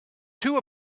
two